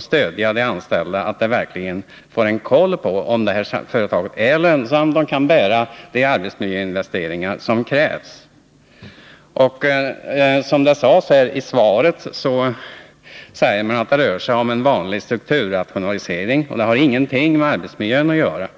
stödja de anställda i det fallet, så att de verkligen får en koll på om detta företag är lönsamt och kan bära de arbetsmiljöinvesteringar som krävs. Som det sades i svaret hävdar företagsledningen att det rör sig om en vanlig strukturrationalisering och inte har någonting med arbetsmiljö att göra.